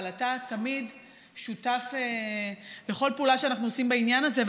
אבל אתה תמיד שותף לכל פעולה שאנחנו עושים בעניין הזה,